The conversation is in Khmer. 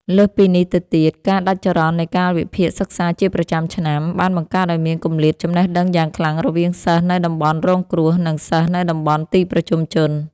លើសពីនេះទៅទៀត ការដាច់ចរន្តនៃកាលវិភាគសិក្សាជាប្រចាំឆ្នាំ បានបង្កើតឱ្យមានគម្លាតចំណេះដឹងយ៉ាងខ្លាំងរវាងសិស្សនៅតំបន់រងគ្រោះ និងសិស្សនៅតំបន់ទីប្រជុំជន។